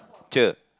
cher